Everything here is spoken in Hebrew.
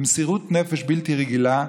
במסירות נפש בלתי רגילה,